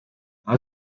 aho